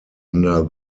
under